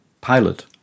pilot